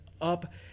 up